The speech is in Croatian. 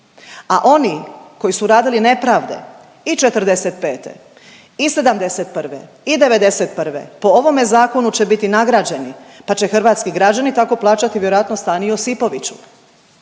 a oni koji su radili nepravde i '45. i '71. i '91. po ovome zakonu će biti nagrađeni pa će hrvatski građani tako plaćati vjerojatno stan i Josipoviću.